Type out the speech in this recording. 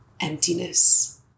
emptiness